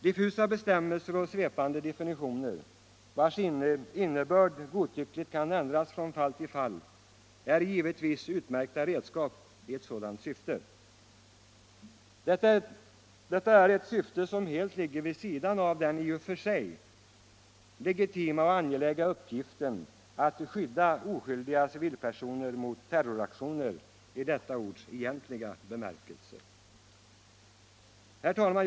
Diffusa bestämmelser och svävande definitioner, vilkas innebörd godtyckligt kan ändras från fall till fall, är givetvis utmärkta redskap i ett sådant syfte. Detta syfte ligger helt vid sidan av den i och för sig legitima och angelägna uppgiften att skydda oskyldiga civilpersoner mot terroraktioner i detta ords egentliga bemärkelse. Herr talman!